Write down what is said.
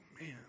man